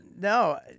No